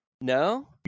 No